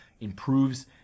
improves